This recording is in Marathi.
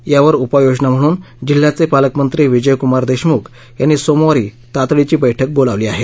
यावर उपाय योजना म्हणून जिल्ह्याचे पालकमंत्री विजयकुमार देशमुख यांनी सोमवारी तातडीची बैठक बोलावली आहे